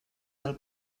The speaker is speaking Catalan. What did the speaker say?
del